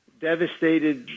devastated